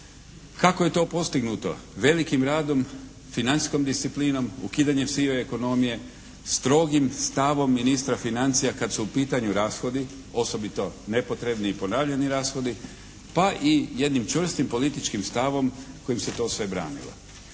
Kako je to postignuto? Velikim radom, financijskom disciplinom, ukidanjem sive ekonomije, strogim stavom ministra financija kad su u pitanju rashodi, osobito nepotrebni i ponavljani rashodi pa i jednim čvrstim političkim stavom kojim se to sve branilo.